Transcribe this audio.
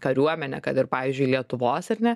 kariuomenę kad ir pavyzdžiui lietuvos ar ne